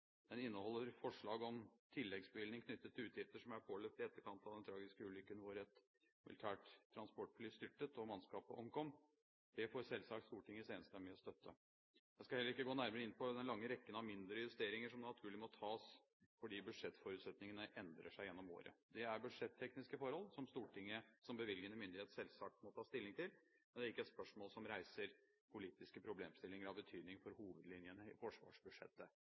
Den inneholder forslag om tilleggsbevilgninger knyttet til utgifter som er påløpt i etterkant av den tragiske ulykken hvor et militært transportfly styrtet og mannskapet omkom. Det får selvsagt Stortingets enstemmige støtte. Jeg skal heller ikke gå nærmere inn på den lange rekken av mindre justeringer som naturlig må tas fordi budsjettforutsetningene endrer seg gjennom året. Det er budsjettekniske forhold som Stortinget som bevilgende myndighet selvsagt må ta stilling til, men det er ikke spørsmål som reiser politiske problemstillinger av betydning for hovedlinjene i forsvarsbudsjettet.